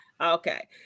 Okay